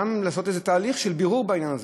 גם לעשות איזה תהליך של בירור בעניין הזה?